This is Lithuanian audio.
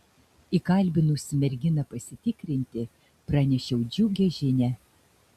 įkalbinusi merginą pasitikrinti pranešiau džiugią žinią